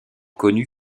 connu